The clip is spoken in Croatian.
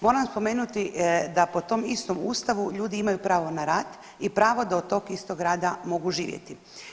Moram spomenuti da po tom istom Ustavu ljudi imaju pravo na rad i pravo da od tog istog rada mogu živjeti.